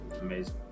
Amazing